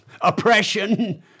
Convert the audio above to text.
oppression